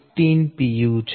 15 pu છે